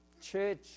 Church